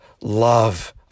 love